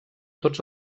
tots